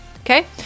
Okay